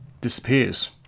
disappears